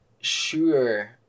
sure